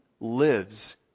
lives